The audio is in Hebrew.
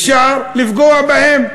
אפשר לפגוע בהם.